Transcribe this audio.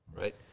right